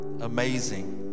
amazing